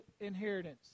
inheritance